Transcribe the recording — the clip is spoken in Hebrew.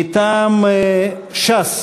מטעם ש"ס: